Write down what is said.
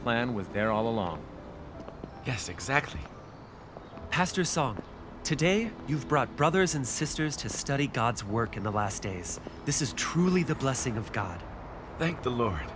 plan with their all along yes exactly pastor song today you've brought brothers and sisters to study god's work in the last days this is truly the blessing of god thank the lord